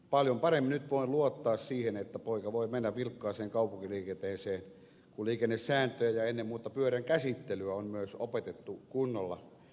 paljon paremmin nyt voin luottaa siihen että poika voi mennä vilkkaaseen kaupunkiliikenteeseen kun liikennesääntöjä ja ennen muuta pyörän käsittelyä on myös opetettu kunnolla